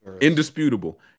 indisputable